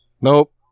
Nope